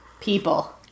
people